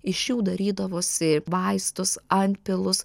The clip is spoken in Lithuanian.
iš jų darydavosi vaistus antpilus